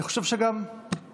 אני חושב שאדוני גם גאה.